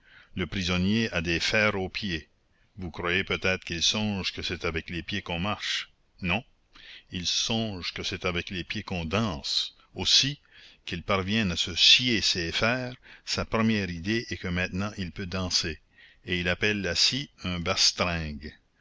le prisonnier a des fers aux pieds vous croyez peut-être qu'il songe que c'est avec les pieds qu'on marche non il songe que c'est avec les pieds qu'on danse aussi qu'il parvienne à scier ses fers sa première idée est que maintenant il peut danser et il appelle la scie un bastringue